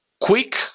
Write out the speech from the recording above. quick